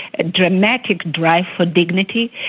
a dramatic drive for dignity,